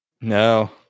no